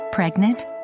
Pregnant